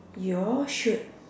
you all should